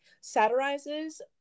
satirizes